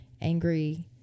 angry